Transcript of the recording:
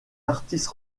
artiste